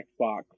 Xbox